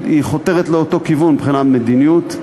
היא חותרת לאותו כיוון מבחינת מדיניות,